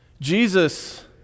Jesus